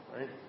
Right